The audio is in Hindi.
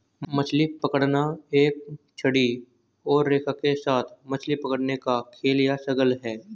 मछली पकड़ना एक छड़ी और रेखा के साथ मछली पकड़ने का खेल या शगल है